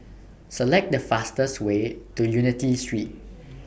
Select The fastest Way to Unity Street